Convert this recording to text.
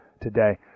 today